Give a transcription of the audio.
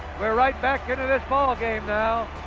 we're right back into this ball game now.